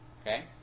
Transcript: Okay